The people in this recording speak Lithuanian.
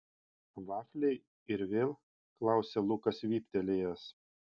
vafliai ir vėl klausia lukas vyptelėjęs